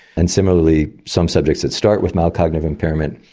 and similarly some subjects that start with mild cognitive impairment,